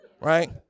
right